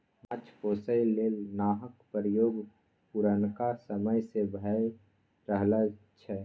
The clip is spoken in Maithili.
माछ पोसय लेल नाहक प्रयोग पुरनका समय सँ भए रहल छै